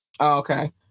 Okay